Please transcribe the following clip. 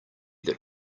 that